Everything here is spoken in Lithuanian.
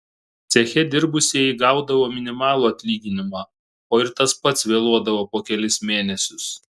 ceche dirbusieji gaudavo minimalų atlyginimą o ir tas pats vėluodavo po kelis mėnesius